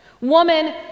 Woman